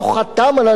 אומר דוח-לוי,